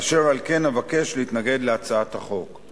אשר על כן, אבקש להתנגד להצעת החוק.